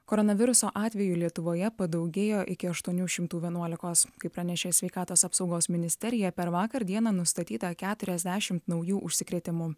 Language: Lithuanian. koronaviruso atvejų lietuvoje padaugėjo iki aštuonių šimtų vienuolikos kaip pranešė sveikatos apsaugos ministerija per vakar dieną nustatyta keturiasdešim naujų užsikrėtimų